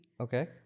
Okay